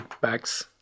bags